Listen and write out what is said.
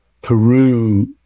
Peru